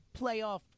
playoff